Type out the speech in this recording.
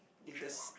if the